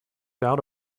doubt